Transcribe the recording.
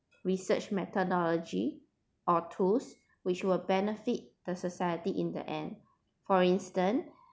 new research methodology or tools which will benefit the society in the end for instance